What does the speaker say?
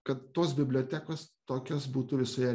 kad tos bibliotekos tokios būtų visoje